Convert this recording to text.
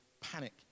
panic